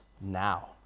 now